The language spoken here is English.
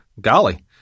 Golly